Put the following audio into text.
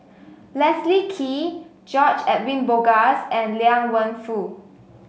Leslie Kee George Edwin Bogaars and Liang Wenfu